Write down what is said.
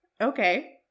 Okay